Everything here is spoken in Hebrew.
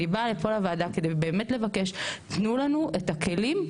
אני באה לפה לוועדה כדי באמת לבקש תנו לנו את הכלים,